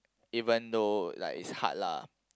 even though like it's hard lah